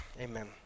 Amen